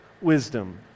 wisdom